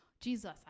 Jesus